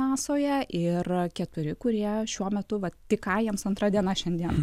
nasoje ir keturi kurie šiuo metu vat tik ką jiems antra diena šiandien